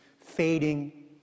fading